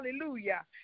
hallelujah